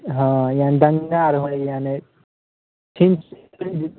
हँ इहाँ दङ्गा आओर होइ हइ ई नहि ठीक हइ